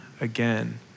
again